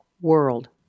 world